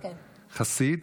חסיד,